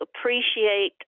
appreciate